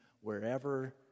wherever